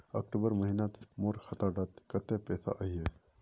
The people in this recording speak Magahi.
अक्टूबर महीनात मोर खाता डात कत्ते पैसा अहिये?